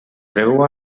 preveu